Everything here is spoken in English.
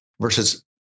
versus